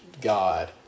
God